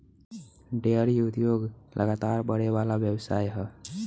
dairy उद्योग लगातार बड़ेवाला व्यवसाय ह